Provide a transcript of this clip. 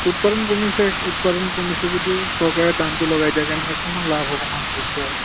উৎপাদন কমিছে উৎপাদন কমিছে যদিও চৰকাৰে দামটো লগাই দিয়া কাৰণেহে অকণমান লাভ অকণমান হৈছে আৰু